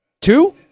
Two